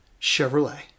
Chevrolet